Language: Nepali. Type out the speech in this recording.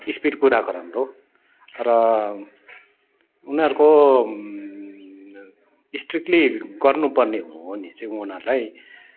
स्पिड कुदाएको राम्रो र उनीहरूको स्ट्रिकली गर्नु पर्ने हो नि चाहिँ उनीहरूलाई